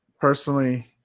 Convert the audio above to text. personally